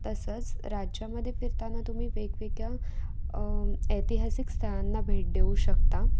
तसंच राज्यामध्ये फिरताना तुम्ही वेगवेगळ्या ऐतिहासिक स्थळांना भेट देऊ शकता